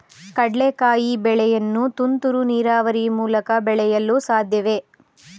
ಕಡ್ಲೆಕಾಯಿ ಬೆಳೆಯನ್ನು ತುಂತುರು ನೀರಾವರಿ ಮೂಲಕ ಬೆಳೆಯಲು ಸಾಧ್ಯವೇ?